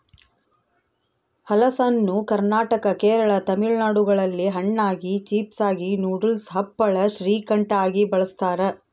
ಹಲಸನ್ನು ಕರ್ನಾಟಕ ಕೇರಳ ತಮಿಳುನಾಡುಗಳಲ್ಲಿ ಹಣ್ಣಾಗಿ, ಚಿಪ್ಸಾಗಿ, ನೂಡಲ್ಸ್, ಹಪ್ಪಳ, ಶ್ರೀಕಂಠ ಆಗಿ ಬಳಸ್ತಾರ